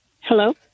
Hello